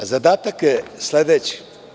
Zadatak je sledeći.